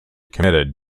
committed